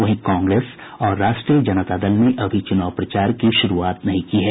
वहीं कांग्रेस और राष्ट्रीय जनता दल ने अभी चुनाव प्रचार की शुरूआत नहीं की है